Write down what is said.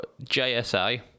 JSA